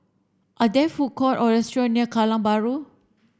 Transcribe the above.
are there food court or restaurant near Kallang Bahru